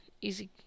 easy